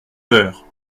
peur